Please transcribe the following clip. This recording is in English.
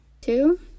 Two